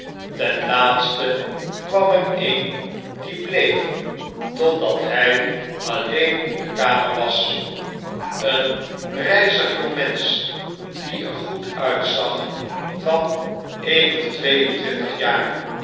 ten laatste kwam er een die bleef totdat hy alleen in de kamer was eenryzigjongmensch die er goed uitzag van een of twee entwintig jaar